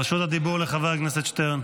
רשות הדיבור לחבר הכנסת שטרן.